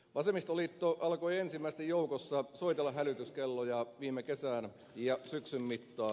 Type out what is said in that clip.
vasemmistoliitto alkoi ensimmäisten joukossa soitella hälytyskelloja viime kesän ja syksyn mittaan